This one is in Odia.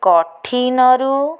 କଠିନରୁ